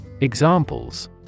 Examples